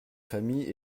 familles